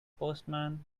postman